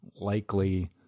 likely